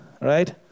right